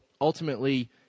ultimately